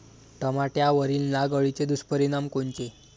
टमाट्यावरील नाग अळीचे दुष्परिणाम कोनचे?